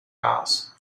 gas